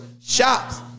shops